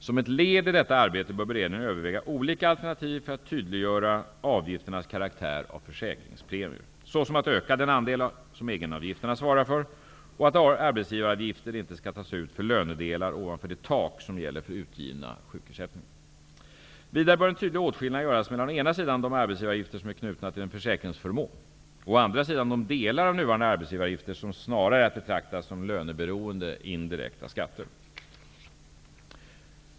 Som ett led i detta arbete bör beredningen överväga olika alternativ för att tydliggöra avgifternas karaktär av försäkringspremier, såsom att öka den andel som egenavgifterna svarar för och att arbetsgivaravgifter inte skall tas ut för lönedelar ovanför det tak som gäller för utgivna sjukersättningar. Vidare bör en tydlig åtskillnad göras mellan å ena sidan de arbetsgivaravgifter som är knutna till en försäkringsförmån och å andra sidan de delar av nuvarande arbetsgivaravgifter som snarare är att betrakta som löneberoende indirekta skatter.